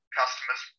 customers